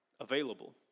available